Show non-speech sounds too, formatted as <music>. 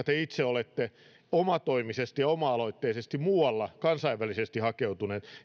<unintelligible> te itse olette omatoimisesti ja oma aloitteisesti muualla kansainvälisesti hakeutuneet